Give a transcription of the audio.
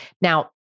Now